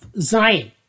Zion